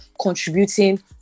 contributing